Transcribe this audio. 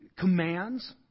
Commands